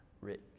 rich